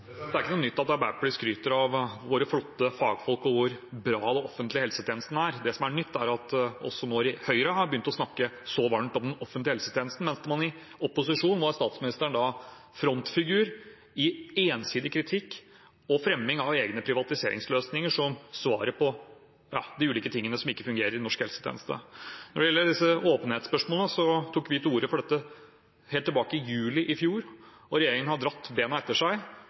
Det er ikke noe nytt at Arbeiderpartiet skryter av våre flotte fagfolk og hvor bra den offentlige helsetjenesten er. Det som er nytt, er at også Høyre nå har begynt å snakke så varmt om den offentlige helsetjenesten. Men i opposisjon var statsministeren frontfigur i ensidig kritikk og fremming av egne privatiseringsløsninger som svaret på de ulike tingene som ikke fungerer i norsk helsetjeneste. Når det gjelder åpenhetsspørsmålene, tok vi til orde for dette helt tilbake i juli i fjor. Regjeringen har dratt bena etter seg